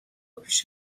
پیش